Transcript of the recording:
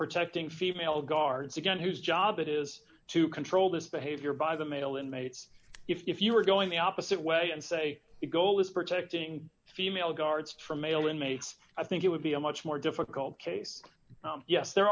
protecting female guards again whose job it is to control this behavior by the male inmates if you were going the opposite way and say the goal is protecting female guards for male inmates i think it would be a much more difficult case yes there